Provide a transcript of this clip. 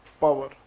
power